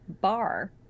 bar